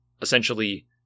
essentially